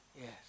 Yes